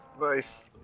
Nice